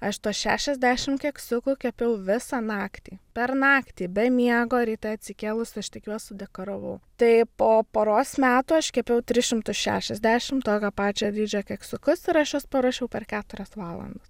aš tuos šešiasdešim keksiukų kepiau visą naktį per naktį be miego ryte atsikėlus aš tik juos sudekoravau tai po poros metų aš kepiau tris šimtus šešiasdešim tokio pačio dydžio keksiukus ir aš juos paruošiau per keturias valandas